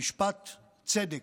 משפט צדק.